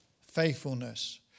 faithfulness